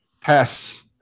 pass